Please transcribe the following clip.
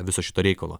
viso šito reikalo